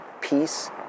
peace